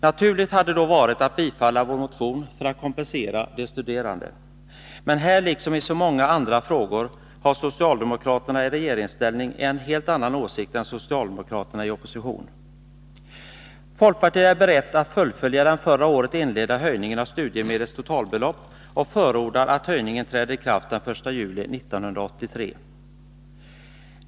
Naturligt hade då varit att biträda vår motion för att kompensera de studerande. Men här liksom i så många andra frågor har socialdemokraterna i regeringsställning en helt annan åsikt än socialdemokraterna i opposition. Folkpartiet är berett att fullfölja den förra året inledda höjningen av studiemedlens totalbelopp och förordar att höjningen träder i kraft den 1 juli 1983.